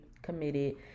committed